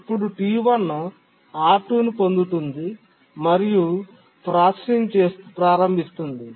అప్పుడు T1 R2 ను పొందుతుంది మరియు ప్రాసెసింగ్ ప్రారంభిస్తుంది